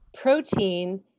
protein